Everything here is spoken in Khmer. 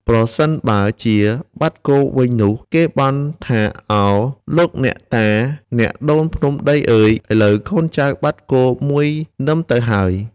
ប្រសិនបើជាបាត់គោវិញនោះ គេបន់ថា “ឱ ! លោកអ្នកតាអ្នកដូនភ្នំដីអើយ ! ឥឡូវកូនចៅបាត់គោមួយនឹមទៅហើយ